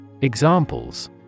Examples